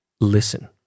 listen